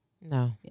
No